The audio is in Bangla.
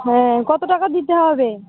হ্যাঁ কত টাকা দিতে হবে